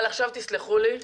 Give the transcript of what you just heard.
עכשיו תסלחו לי,